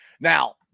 Now